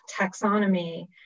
taxonomy